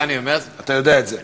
אתה יודע את זה.